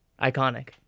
Iconic